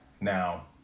Now